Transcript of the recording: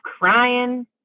Crying